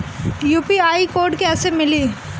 UPI code कैसे मिली?